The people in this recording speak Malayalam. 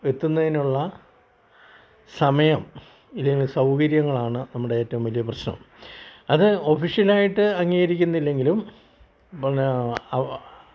എത്തുന്നതിനുള്ള സമയം ഇല്ലെങ്കിൽ സൗകര്യങ്ങളാണ് നമ്മുടെ ഏറ്റവും വലിയ പ്രശ്നം അത് ഒഫീഷ്യലായിട്ട് അംഗീകരിക്കുന്നില്ലെങ്കിലും